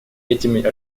этими